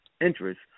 interest